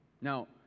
Now